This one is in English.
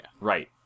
Right